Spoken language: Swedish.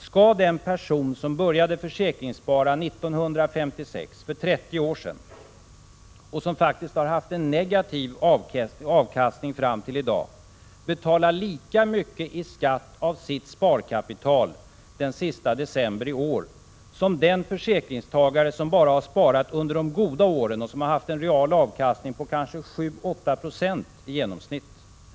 Skall den person som började försäkringsspara 1956 — för 30 år sedan — och som faktiskt har haft en negativ avkastning fram till i dag betala lika mycket skatt av sitt sparkapital den sista december i år som den försäkringstagare som bara sparat under de goda åren och som har haft en real avkastning på kanske 7-8 20 i genomsnitt? Hur skall den — Prot.